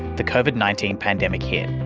the covid nineteen pandemic hit,